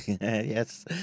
Yes